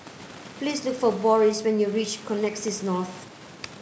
please look for Boris when you reach Connexis North